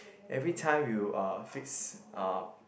every time you uh fix uh